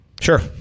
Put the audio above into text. Sure